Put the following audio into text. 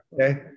okay